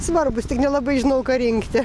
svarbūs tik nelabai žinau ką rinkti